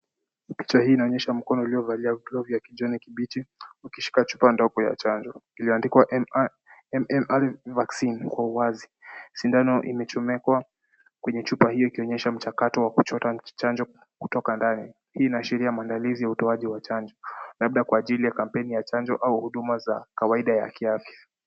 Picha hii inaonyesha mkono uliovalia glovu ya kijani kibichi ukishika chupa ndogo ya chanjo ulioandikwa MMR vaccine uko wazi. Shindano iliyochomekwa kwenye chupa hiyo ikionyesha mchakato wa kuchota chanjo kutoka ndani. Hii inaashiria maandalizi ya utoaji wa chanjo labda kwa ajili ya kampeni ya chanjo au huduma za kawaida ya kiafya.